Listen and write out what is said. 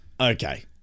Okay